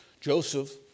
Joseph